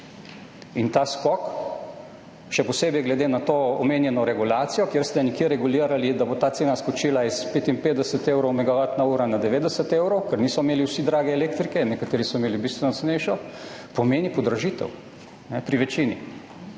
In ta skok, še posebej glede na to omenjeno regulacijo, kjer ste nekje regulirali tako, da bo ta cena megavatne ure skočila iz 55 evrov na 90 evrov, ker niso imeli vsi drage elektrike, nekateri so imeli bistveno cenejšo, pomeni podražitev pri večini.